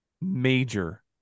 major